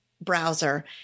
browser